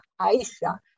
Aisha